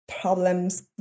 problems